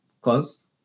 Close